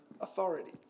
authority